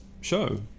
show